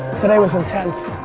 today was intense.